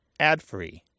adfree